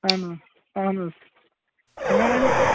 اَہَنا اَہن حظ مےٚ ؤنۍ